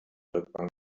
rückbank